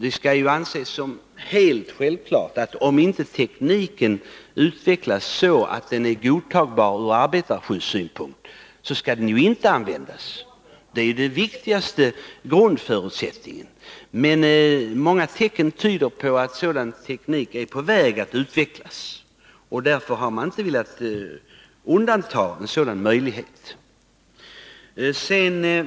Det måste anses som helt självklart, att om inte tekniken utvecklas så, att den blir godtagbar ur arbetarskyddssynpunkt, skall den inte heller användas. Detta är ju den viktigaste grundförutsättningen. Men många tecken tyder på att sådan teknik är på väg att utvecklas, och därför har man inte velat utesluta den möjligheten.